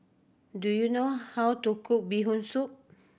do you know how to cook Bee Hoon Soup